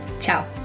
Ciao